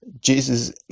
Jesus